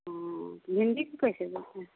भिंडी का कैसे देते